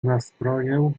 nastrojem